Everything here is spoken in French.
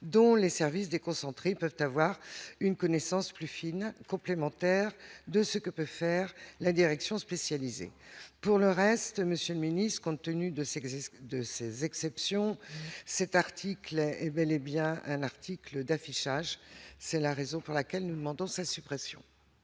dont les services déconcentrés peuvent avoir une connaissance plus fine complémentaire de ce que peut faire la direction spécialisée pour le reste, monsieur Mini ce contenu de ce que j'ai de ces exceptions c'est article est bel et bien un article d'affichage, c'est la raison pour laquelle nous demandons sa suppression.